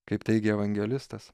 kaip teigia evangelistas